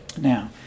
Now